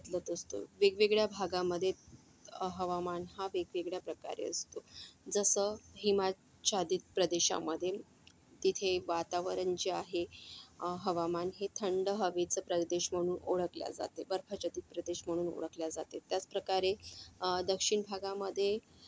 बदलत असतो वेगवेगळ्या भागामध्ये हवामान हा वेगवेगळ्या प्रकारे असतो जसं हिमाच्छादित प्रदेशामध्ये तेथे वातावरण जे आहे हवामान हे ठंड हवेचं प्रदेश म्हणून ओळखल्या जातो बर्फाच्छादित प्रदेश म्हणून ओळखल्या जाते त्याच प्रकारे दक्षिण भागामध्ये